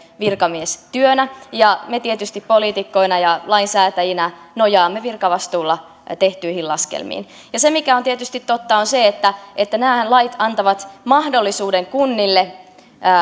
virkamiestyönä me tietysti poliitikkoina ja lainsäätäjinä nojaamme virkavastuulla tehtyihin laskelmiin se mikä on tietysti totta on se että että nämä lait antavat mahdollisuuden kunnille